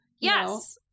Yes